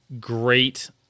great